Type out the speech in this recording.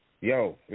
Yo